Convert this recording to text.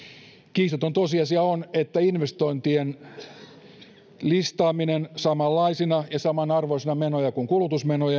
kiistaton tosiasia on että investointien listaaminen samanlaisina ja samanarvoisina menoina kuin kulutusmenot